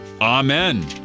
Amen